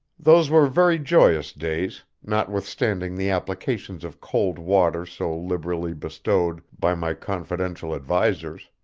those were very joyous days, notwithstanding the applications of cold water so liberally bestowed by my confidential advisers.